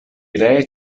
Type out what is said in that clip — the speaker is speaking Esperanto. ree